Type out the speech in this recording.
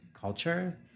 culture